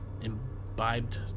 imbibed